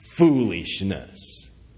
Foolishness